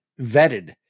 vetted